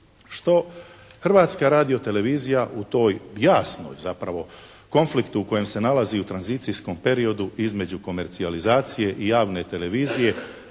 što Hrvatska radiotelevizija u toj jasnoj zapravo u konfliktu u kojem se nalazi u tranzicijskom periodu između komercijalizacije i javne televizije